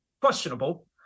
Questionable